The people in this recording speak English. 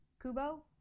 kubo